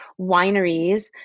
wineries